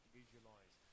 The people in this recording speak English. visualize